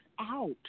out